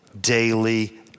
daily